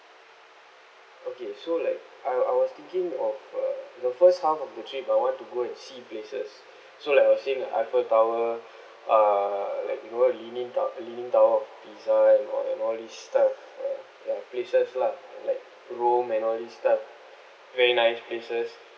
okay so like I I was thinking of a the first half of the trip I want to go and see places so like I was saying eiffel tower uh like you know what leaning tow~ leaning tower of pisa and all and all this type of uh like places lah like rome and all this stuff very nice places